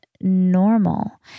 normal